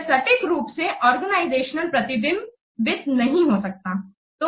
यह सटीक रूप से ऑर्गेनाइजेशनल प्रतिबिंबित नहीं हो सकता है